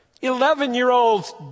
Eleven-year-olds